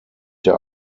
der